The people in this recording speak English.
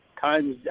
times